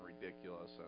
ridiculous